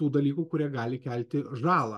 tų dalykų kurie gali kelti žalą